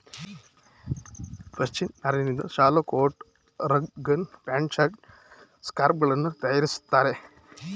ಪಶ್ಮಿನ ನಾರಿನಿಂದ ಶಾಲು, coat, rug, gown, pant, shirt, scarf ಗಳನ್ನು ತರಯಾರಿಸ್ತರೆ